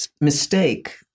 mistake